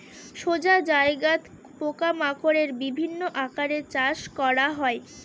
সোজা জায়গাত পোকা মাকড়ের বিভিন্ন আকারে চাষ করা হয়